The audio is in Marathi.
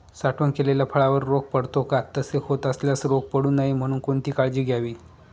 साठवण केलेल्या फळावर रोग पडतो का? तसे होत असल्यास रोग पडू नये म्हणून कोणती काळजी घ्यावी?